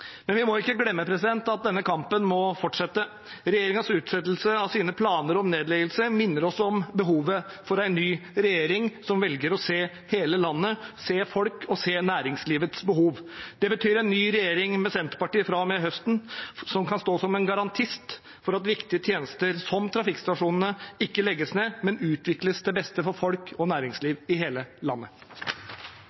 Men vi må ikke glemme at denne kampen må fortsette. Regjeringens utsettelse av sine planer om nedleggelse minner oss om behovet for en ny regjering som velger å se hele landet, se folk og se næringslivets behov. Det betyr en ny regjering med Senterpartiet fra og med høsten, som kan stå som en garantist for at viktige tjenester som trafikkstasjonene ikke legges ned, men utvikles til beste for folk og